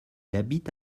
habite